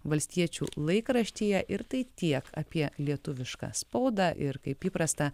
valstiečių laikraštyje ir tai tiek apie lietuvišką spaudą ir kaip įprasta